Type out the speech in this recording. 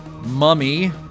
Mummy